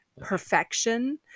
perfection